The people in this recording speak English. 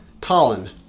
Colin